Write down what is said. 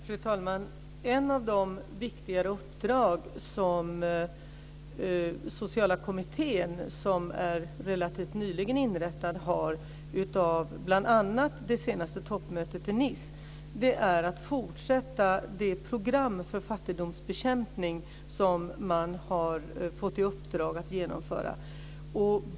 Fru talman! Ett av de viktigare uppdrag som den sociala kommittén, som relativt nyligen inrättades, fick vid bl.a. det senaste toppmötet i Nice är att fortsätta det program för fattigdomsbekämpning som man har fått i uppdrag att genomföra.